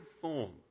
form